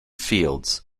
fields